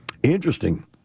Interesting